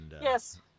yes